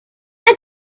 had